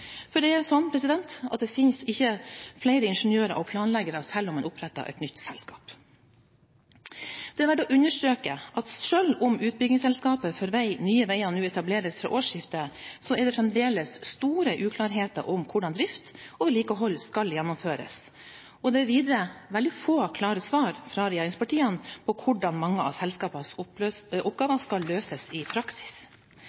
For det er slik at det finnes ikke flere ingeniører og planleggere selv om man oppretter et nytt selskap. Det er verdt å understreke at selv om utbyggingsselskapet for vei, Nye Veier, nå etableres fra årsskiftet, er det fremdeles store uklarheter om hvordan drift og vedlikehold skal gjennomføres, og det er videre veldig få klare svar fra regjeringspartiene på hvordan mange av selskapets oppgaver skal løses i praksis.